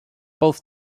both